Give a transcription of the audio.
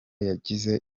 yagize